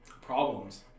problems